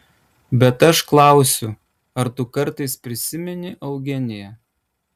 bet aš klausiu ar tu kartais prisimeni eugeniją